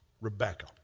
Rebecca